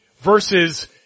versus